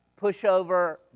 Pushover